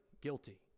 guilty